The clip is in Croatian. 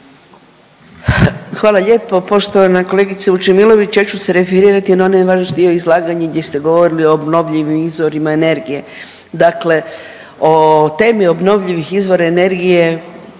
Hvala lijepo. Poštovana kolegica Vučemilović ja ću se referirati na onaj vaš dio izlaganja gdje ste govorili o obnovljivim izvorima energije. Dakle, o temi obnovljivih izvora energije